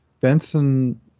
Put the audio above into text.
Benson